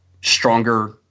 stronger